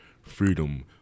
freedom